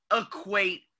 equate